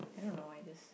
I don't know I just